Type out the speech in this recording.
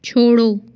छोड़ो